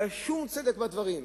לא היה שום צדק בדברים.